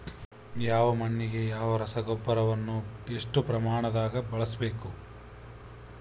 ಯಾವ ಮಣ್ಣಿಗೆ ಯಾವ ರಸಗೊಬ್ಬರವನ್ನು ಎಷ್ಟು ಪ್ರಮಾಣದಾಗ ಬಳಸ್ಬೇಕು?